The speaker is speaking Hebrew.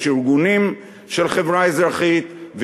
יש ארגונים של חברה אזרחית,